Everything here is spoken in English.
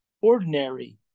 ordinary